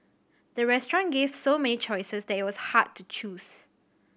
the restaurant gave so many choices that it was hard to choose